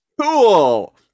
Cool